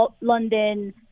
London